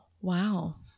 wow